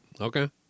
Okay